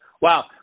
Wow